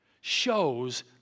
shows